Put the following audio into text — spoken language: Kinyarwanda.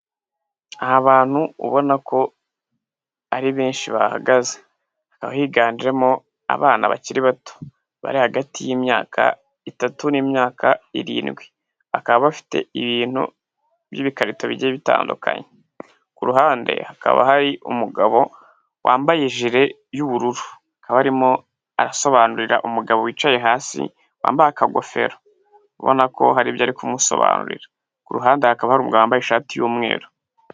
Aha abantutu ubona ko ari benshi bahagaze hakaba higanjemo abana bakiri bato bari hagati y'imyaka itatu n'imyaka irindwi, bakaba bafite ibintu by'ibikarito bijyiye bitandukanye, ku ruhande hakaba hari umugabo wambaye jire y'ubururu akaba arimo asobanurira umugabo wicaye hasi wambaye akagofero ubona ko hari ibyo kumusobanurira, ku ruhande hakaba hari uwambaye ishati y'umweru.